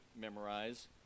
memorize